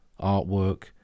artwork